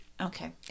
Okay